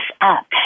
up